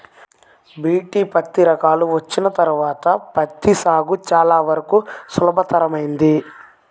BT పత్తి రకాలు వచ్చిన తర్వాత పత్తి సాగు చాలా వరకు సులభతరమైంది